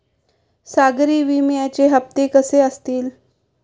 सागरी विम्याचे हप्ते कसे असतील?